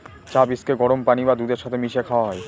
চা বীজকে গরম পানি বা দুধের সাথে মিশিয়ে খাওয়া হয়